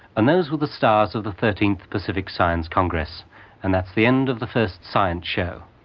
and those with the stars of the thirteenth pacific science congress and that's the end of the first science show.